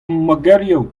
mogerioù